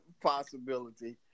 possibility